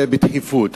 ובתקיפות.